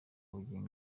bugingo